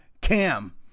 cam